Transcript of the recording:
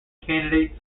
candidates